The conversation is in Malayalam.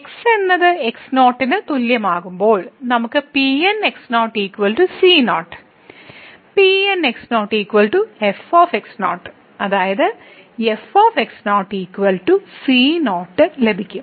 x എന്നത് x0 ന് തുല്യമാകുമ്പോൾ നമുക്ക് Pn c0 Pn f ആയതിനാൽ f c0 ലഭിക്കും